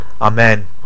Amen